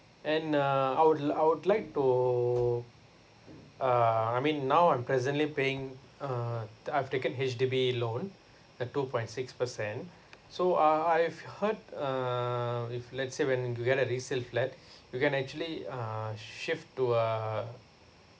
and uh I would like I would like to uh I mean now I'm presently paying uh the I've taken H_D_B loan at two point six percent so uh I've heard uh if let's say when you get a resale flat you can actually uh shift to a